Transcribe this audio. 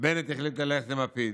בנט החליט ללכת עם לפיד.